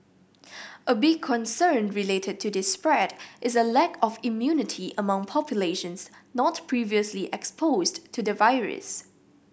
a big concern related to this spread is a lack of immunity among populations not previously exposed to the virus